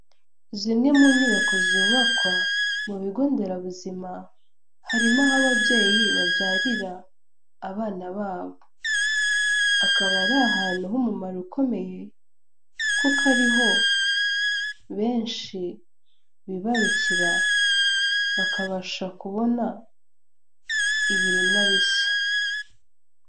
Zimwe mu nyubako zubakwa mu bigonderabuzima harimo aho ababyeyi babyarira abana babo, akaba ari ahantu h'umumaro ukomeye kuko ariho benshi bibarukira bakabasha kubona ibiremwa bishya.